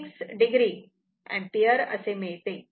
6 o ampere असे मिळते